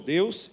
Deus